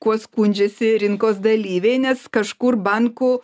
kuo skundžiasi rinkos dalyviai nes kažkur bankų